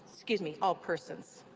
excuse me, all persons.